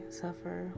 suffer